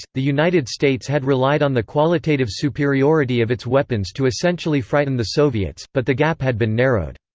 the united states had relied on the qualitative superiority of its weapons to essentially frighten the soviets, but the gap had been narrowed.